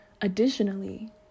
Additionally